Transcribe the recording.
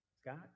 Scott